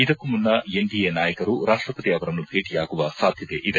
ಇದಕ್ಕೂ ಮುನ್ನ ಎನ್ಡಿಎ ನಾಯಕರು ರಾಷ್ಟಪತಿ ಅವರನ್ನು ಭೇಟಿಯಾಗುವ ಸಾಧ್ಯತೆಯಿದೆ